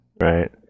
Right